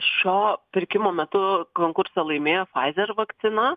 šio pirkimo metu konkursą laimėjo pfizer vakcina